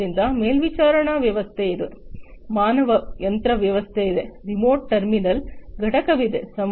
ಆದ್ದರಿಂದ ಮೇಲ್ವಿಚಾರಣಾ ವ್ಯವಸ್ಥೆ ಇದೆ ಮಾನವ ಯಂತ್ರ ವ್ಯವಸ್ಥೆ ಇದೆ ರಿಮೋಟ್ ಟರ್ಮಿನಲ್ ಘಟಕವಿದೆ